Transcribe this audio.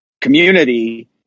community